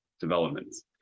developments